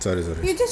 sorry sorry